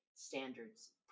Standards